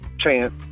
chance